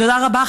תודה רבה,